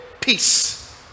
Peace